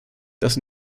dass